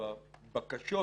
ובבקשות